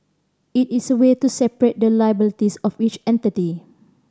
it is a way to separate the liabilities of each entity